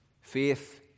Faith